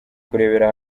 kurebera